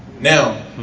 Now